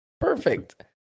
perfect